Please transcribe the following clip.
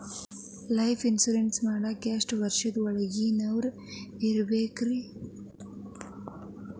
Life insurance ಮಾಡಾಕ ಎಷ್ಟು ವರ್ಷದ ಒಳಗಿನವರಾಗಿರಬೇಕ್ರಿ?